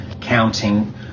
counting